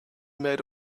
made